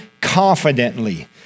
confidently